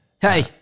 Hey